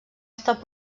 estat